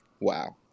wow